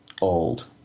old